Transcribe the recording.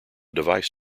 device